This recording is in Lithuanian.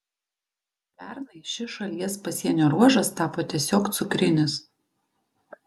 pernai šis šalies pasienio ruožas tapo tiesiog cukrinis